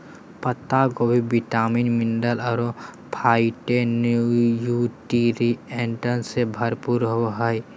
पत्ता गोभी vitamin, mineral अरो फाइटोन्यूट्रिएंट्स से भरपूर होबा हइ